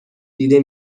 دیده